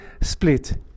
split